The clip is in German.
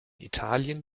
italien